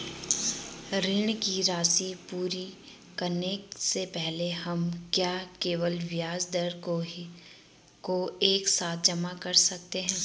ऋण की राशि पूरी करने से पहले हम क्या केवल ब्याज दर को एक साथ जमा कर सकते हैं?